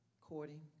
courting